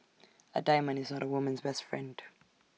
A diamond is not A woman's best friend